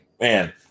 Man